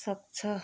सक्छ